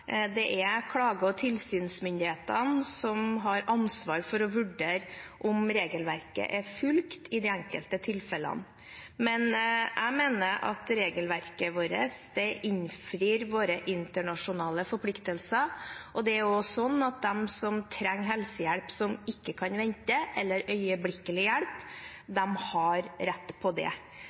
Det er klage- og tilsynsmyndighetene som har ansvar for å vurdere om regelverket er fulgt i de enkelte tilfellene. Jeg mener at regelverket vårt innfrir våre internasjonale forpliktelser. Det er også slik at de som trenger helsehjelp som ikke kan vente, eller som trenger øyeblikkelig hjelp, har rett på det.